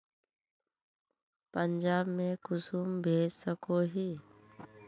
पंजाब में कुंसम भेज सकोही?